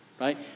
right